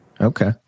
Okay